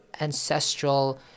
ancestral